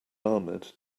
ahmed